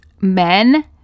men